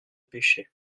pêchait